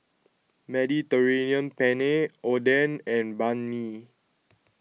Mediterranean Penne Oden and Banh Mi